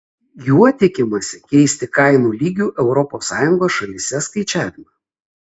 juo tikimasi keisti kainų lygių europos sąjungos šalyse skaičiavimą